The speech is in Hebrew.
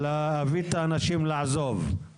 להביא את האנשים לעזוב את המקום,